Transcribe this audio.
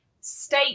state